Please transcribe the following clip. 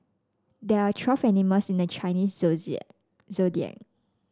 there are twelve animals in the Chinese zodiac